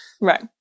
Right